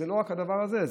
וזה לא רק הדבר הזה,